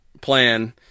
plan